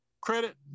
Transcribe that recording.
Credit